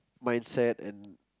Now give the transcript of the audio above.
mindset and